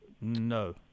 No